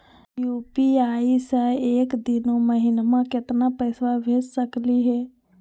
UPI स एक दिनो महिना केतना पैसा भेज सकली हे?